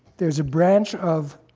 there's a branch of